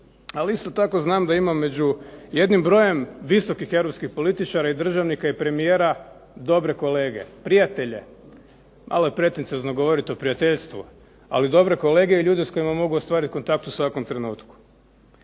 Ali isto tako znam da imam među jednim brojem visokih europskih političara i državnika i premijera dobre kolege, prijatelje. Malo je pretenciozno govoriti o prijateljstvu, ali dobre kolege i ljude s kojima mogu ostvariti kontakt u svakom trenutku.